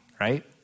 right